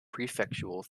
prefectural